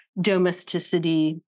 domesticity